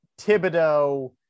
Thibodeau